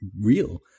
real